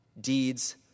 deeds